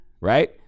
right